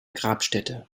grabstätte